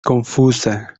confusa